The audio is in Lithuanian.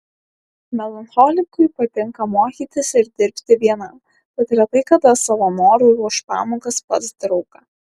melancholikui patinka mokytis ir dirbti vienam tad retai kada savo noru ruoš pamokas pas draugą